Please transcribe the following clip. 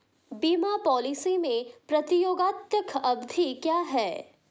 बीमा पॉलिसी में प्रतियोगात्मक अवधि क्या है?